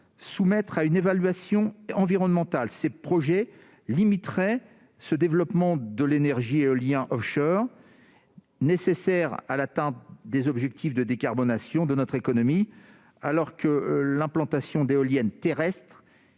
soumettre à une évaluation environnementale ces projets limiterait ce développement de l'énergie éolienne offshore à l'atteinte des objectifs de décarbonation de notre économie, alors que l'implantation d'éoliennes terrestres